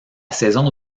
saison